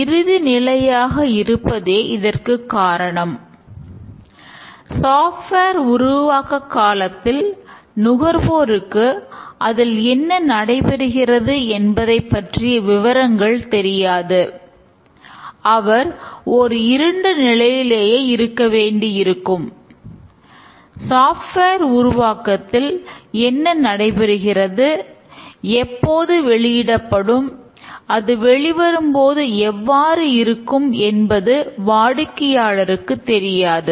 integration உருவாக்கத்தில் என்ன நடைபெறுகிறது எப்போது வெளியிடப்படும் அது வெளிவரும்போது எவ்வாறு இருக்கும் என்பது வாடிக்கையாளருக்கு தெரியாது